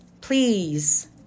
Please